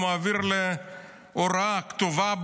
הוא מעביר לי הוראה כתובה,